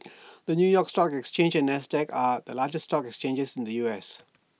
the new york stock exchange and Nasdaq are the largest stock exchanges in the U S